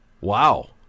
Wow